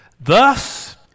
Thus